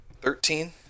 Thirteen